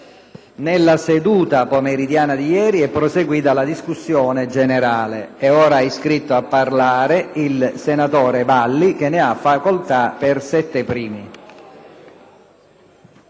nella seduta pomeridiana di ieri è proseguita la discussione generale. È iscritto a parlare il senatore Valli. Ne ha facoltà.